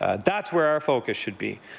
ah that's where our focus should be.